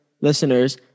listeners